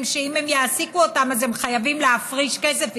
שאם הם יעסיקו אותם הם חייבים להפריש כסף,